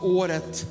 året